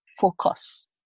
focus